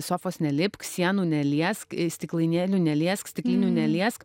sofos nelipk sienų neliesk stiklainėlių neliesk stiklinių neliesk